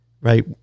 right